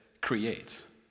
creates